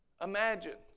Imagine